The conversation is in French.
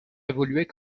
évoluait